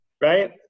right